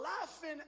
laughing